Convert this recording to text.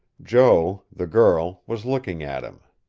jo, the girl, was looking at him.